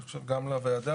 אני חושב גם לוועדה,